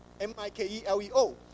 M-I-K-E-L-E-O